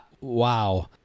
Wow